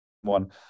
one